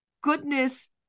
goodness